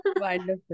Wonderful